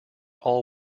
all